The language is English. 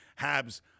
Habs